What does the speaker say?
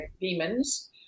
demons